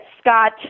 Scott